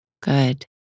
Good